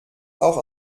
auch